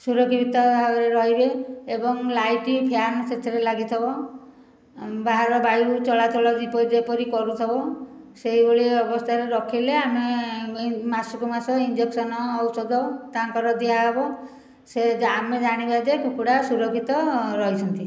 ସୁରକ୍ଷିତ ଭାବରେ ରହିବେ ଏବଂ ଲାଇଟ ଫ୍ୟାନ ସେଥିରେ ଲାଗିଥିବ ବାହାର ବାୟୁ ଚଳା ଚଳ ଥିବ ଯେପରି କରୁଥିବ ସେହିଭଳି ଅବସ୍ଥାରେ ରଖିଲେ ଆମେ ମାସକୁ ମାସ ଇଞ୍ଜେକସନ ଔଷଧ ତାଙ୍କର ଦିଆ ହେବ ସେ ଯେ ଆମେ ଜାଣିବା ଯେ କୁକୁଡ଼ା ସୁରକ୍ଷିତ ରହିଛନ୍ତି